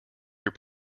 your